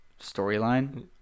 storyline